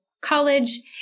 College